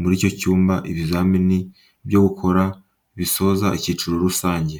muri icyo cyumba ibizamini byo gukora bisoza ikiciro rusange.